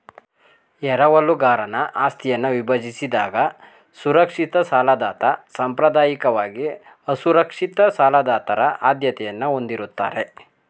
ಎರವಲುಗಾರನ ಆಸ್ತಿಯನ್ನ ವಿಭಜಿಸಿದಾಗ ಸುರಕ್ಷಿತ ಸಾಲದಾತ ಸಾಂಪ್ರದಾಯಿಕವಾಗಿ ಅಸುರಕ್ಷಿತ ಸಾಲದಾತರ ಆದ್ಯತೆಯನ್ನ ಹೊಂದಿರುತ್ತಾರೆ